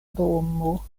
domo